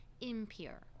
impure